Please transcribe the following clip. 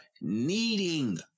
needing